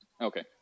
okay